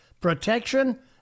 Protection